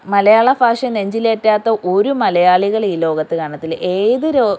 മലയാളഭാഷയെ നെഞ്ചിലേറ്റാത്ത ഒരു മലയാളികൾ ഈ ലോകത്ത് കാണത്തില്ല ഏത് രോ